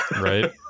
right